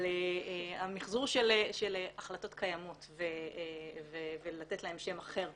אבל המיחזור של החלטות קיימות ולתת להן שם אחר,